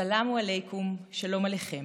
א-סלאם עליכום, שלום עליכם.